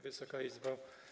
Wysoka Izbo!